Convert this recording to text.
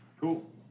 Cool